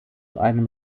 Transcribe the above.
einem